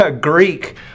Greek